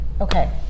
Okay